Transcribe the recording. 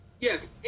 Yes